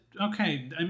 Okay